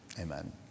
Amen